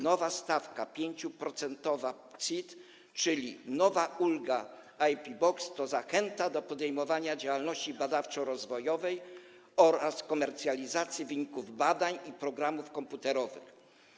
Nowa 5-procentowa stawka CIT, czyli nowa ulga IP Box, to zachęta do podejmowania działalności badawczo-rozwojowej oraz komercjalizacji wyników badań i programów komputerowych.